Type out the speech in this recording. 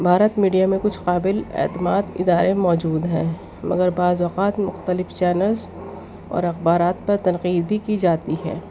Bharat media میں کچھ قابل اعتماد ادارے موجود ہیں مگر بعض اوقات مختلف چینلس اور اخبارات پر تنقید بھی کی جاتی ہیں